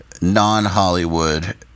non-Hollywood